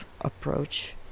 approach